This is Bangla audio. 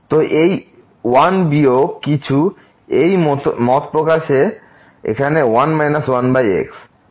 তো এই 1 বিয়োগ কিছু এই মত প্রকাশের এখানে 1 1x